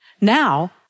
Now